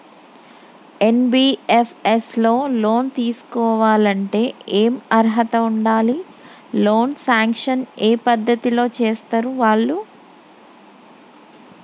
NBFS లో loan తీస్కోవాలంటే ఏం అర్హత ఉండాలి? లోన్ సాంక్షన్ ఏ పద్ధతి లో చేస్తరు వాళ్లు?